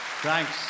Thanks